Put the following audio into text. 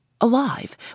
alive